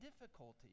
difficulty